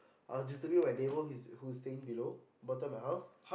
I was disturbing my neighbour who who is staying below bottom of my house